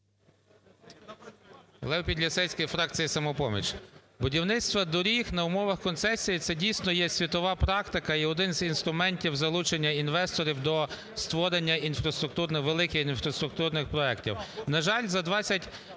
Лев Підлісецький, фракція "Самопоміч". Будівництво доріг на умовах концесії, це дійсно є світова практика і один з інструментів залучення інвесторів до створення інфраструктурних, великих